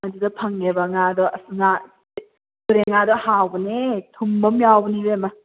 ꯑꯗꯨꯗ ꯐꯪꯉꯦꯕ ꯉꯥꯗꯣ ꯑꯁ ꯉꯥ ꯇꯨꯔꯦꯟ ꯉꯥꯗꯣ ꯍꯥꯎꯕꯅꯦ ꯊꯨꯝꯕ ꯑꯃ ꯌꯥꯎꯕꯅꯦ ꯏꯕꯦꯝꯃ